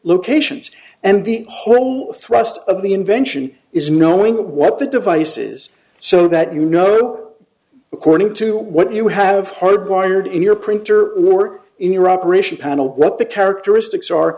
locations and the whole thrust of the invention is knowing what the devices so that you know according to what you have hard wired in your printer or in iraq ration panel what the characteristics are